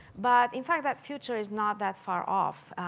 but in fact that future is not that far off.